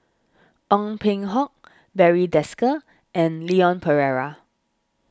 Ong Peng Hock Barry Desker and Leon Perera